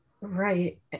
Right